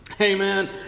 Amen